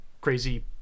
crazy